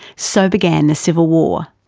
so began the civil war.